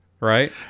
Right